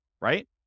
right